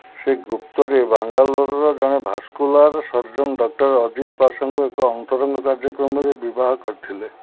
ସେ ଗୁପ୍ତରେ ବାଙ୍ଗାଲୋରର ଜଣେ ଭାସ୍କୁଲାର୍ ସର୍ଜନ୍ ଡକ୍ଟର୍ ଅଜିଜ୍ ପାଶାଙ୍କୁ ଏକ ଅନ୍ତରଙ୍ଗ କାର୍ଯ୍ୟକ୍ରମରେ ବିବାହ କରିଥିଲେ